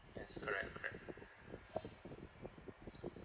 yes correct correct hmm